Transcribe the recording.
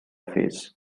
phase